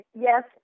yes